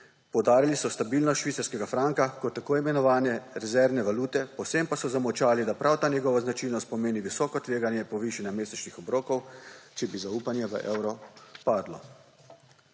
Poudarili so stabilnost švicarskega franka kot tako imenovane rezervne valute, povsem pa so zamolčali, da prav ta njegova značilnost pomeni visoko tveganje povišanja mesečnih obrokov, če bi zaupanje v evro padlo.